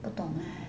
不懂 leh